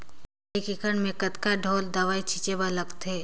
एक एकड़ म कतका ढोल दवई छीचे बर लगथे?